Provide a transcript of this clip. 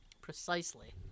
Precisely